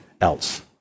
else